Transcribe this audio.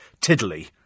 tiddly